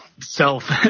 Self